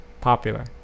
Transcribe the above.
popular